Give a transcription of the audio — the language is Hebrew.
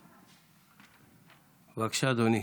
בבקשה, אדוני.